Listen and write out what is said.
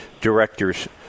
directors